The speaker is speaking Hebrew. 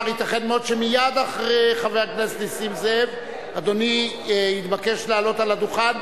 שמייד אחרי חבר הכנסת נסים זאב אדוני יתבקש לעלות לדוכן,